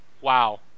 wow